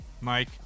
Mike